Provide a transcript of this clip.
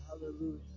Hallelujah